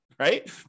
Right